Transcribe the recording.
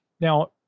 Now